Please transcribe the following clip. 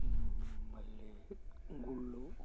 మళ్ళీ గుళ్ళు